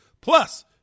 plus